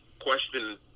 question